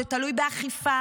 זה תלוי באכיפה,